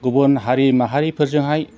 गुबुन हारि माहारिफोरजोंहाय